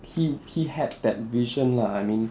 he he had that vision lah I mean